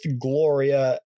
Gloria